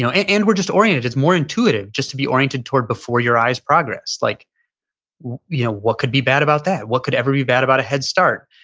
you know and and we're just oriented. it's more intuitive. just be oriented toward before your eyes progress. like you know what could be bad about that? what could ever be bad about a head start?